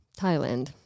Thailand